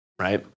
right